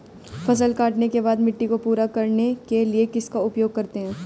फसल काटने के बाद मिट्टी को पूरा करने के लिए किसका उपयोग करते हैं?